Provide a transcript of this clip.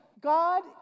God